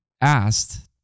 asked